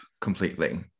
completely